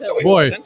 Boy